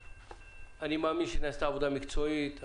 אני מאמין שנעשתה עבודה מקצועית,